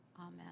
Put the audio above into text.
Amen